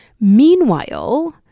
Meanwhile